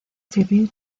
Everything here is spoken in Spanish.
civil